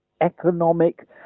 economic